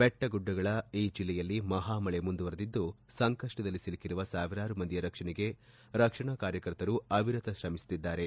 ಬೆಟ್ಟ ಗುಡ್ಡಗಳ ಈ ಜಿಲ್ಲೆಯಲ್ಲಿ ಮಹಾ ಮಳೆ ಮುಂದುವರೆದಿದ್ದು ಸಂಕಷ್ಟದಲ್ಲಿ ಸಿಲುಕಿರುವ ಸಾವಿರಾರು ಮಂದಿಯ ರಕ್ಷಣೆಗೆ ರಕ್ಷಣಾ ಕಾರ್ಯಕರ್ತರು ಅವಿರತ ಶ್ರಮಿಸುತ್ತಿದ್ದಾರೆ